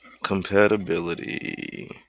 compatibility